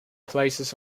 places